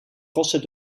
kosten